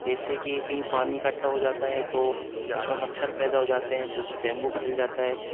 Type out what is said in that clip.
جیسے کہ کہیں پانی اکٹھا ہوجاتا ہے تو اس میں مچھر پیدا ہوجاتے ہیں تو اس سے ڈینگو پھیل جاتا ہے